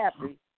happy